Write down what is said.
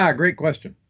ah great question.